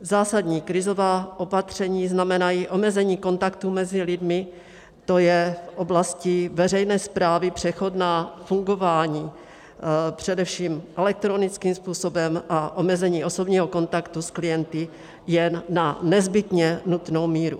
Zásadní krizová opatření znamenají omezení kontaktů mezi lidmi, to je v oblasti veřejné správy přechodné fungování především elektronickým způsobem a omezení osobního kontaktu s klienty jen na nezbytně nutnou míru.